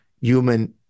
human